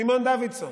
סימון דוידסון,